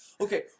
okay